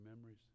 memories